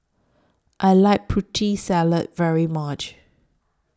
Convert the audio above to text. I like Putri Salad very much